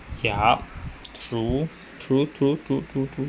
yup true true true true true